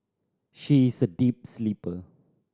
she is a deep sleeper